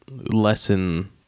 lesson